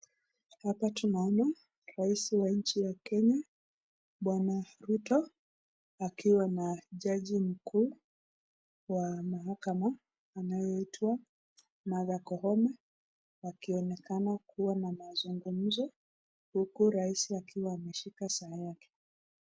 Hapa tunaona rais wa nchi ya Kenya Bwana Ruto akiwa na jaji mkuu wa mahakama anayeitwa Martha koome wakionekana kuwa na mazungumzo huku rais akiwa ameshika saa yake.